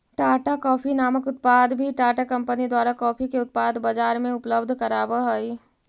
Tata coffee नामक उत्पाद भी टाटा कंपनी द्वारा कॉफी के उत्पाद बजार में उपलब्ध कराब हई